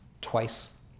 twice